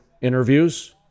interviews